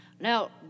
Now